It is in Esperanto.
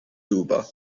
duba